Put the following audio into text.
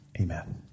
amen